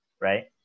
right